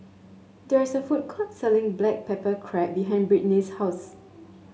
there is a food court selling Black Pepper Crab behind Brittnay's house